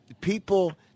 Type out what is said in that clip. people